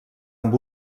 amb